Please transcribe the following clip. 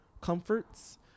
comforts